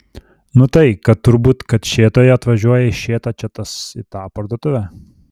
nu tai kad turbūt kad šėtoje atvažiuoja į šėtą čia tas į tą parduotuvę